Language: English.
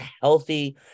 healthy